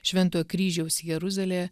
švento kryžiaus jeruzalė